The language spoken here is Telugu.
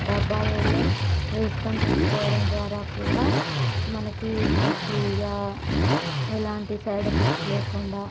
డబ్బాల్లో వేసుకుని పెంచుకోవడం ద్వారా కూడా మనకి మంచిగా ఎలాంటి సైడ్ ఎఫెక్ట్స్ లేకుండా